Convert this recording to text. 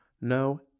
No